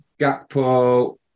Gakpo